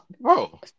Bro